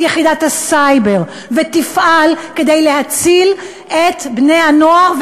יחידת הסייבר ותפעל כדי להציל את בני-הנוער,